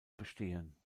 bestehen